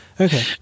okay